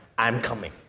i am coming.